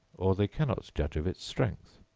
or they cannot judge of its strength.